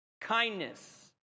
kindness